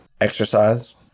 exercise